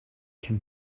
can